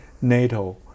NATO